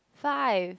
five